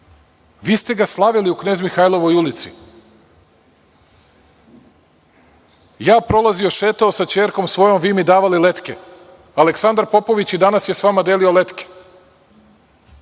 Vi ste ga slavili u Knez Mihajlovoj ulici, prolazio sam, šetao sa ćerkom svojom, vi mi davali letke, Aleksandar Popović i danas je sa vama, delio je letke,